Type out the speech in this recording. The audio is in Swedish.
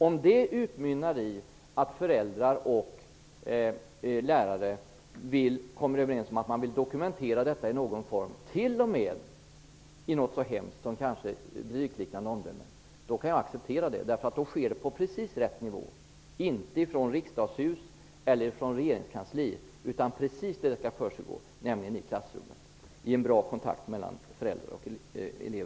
Om det utmynnar i att föräldrar och lärare kommer överens om att man vill dokumentera det i någon form, kanske t.o.m. i något så hemskt som ett betygsliknande omdöme, kan jag acceptera det. Då sker det på rätt nivå, inte från riksdagshuset eller regeringskansliet, utan precis där det skall försiggå, nämligen i klassrummet och med bra kontakt mellan föräldrar och lärare.